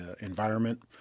environment